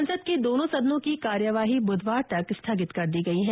संसद के दोनों सदनों की कार्यवाही बुधवार तक स्थगित कर दी गई है